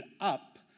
up